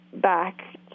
back